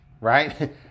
right